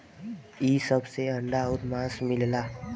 इ सब से अंडा आउर मांस मिलला